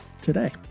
today